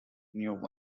new